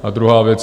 A druhá věc.